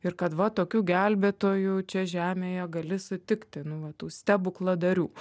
ir kad va tokių gelbėtojų čia žemėje gali sutikti nu va tų stebukladarių